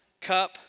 cup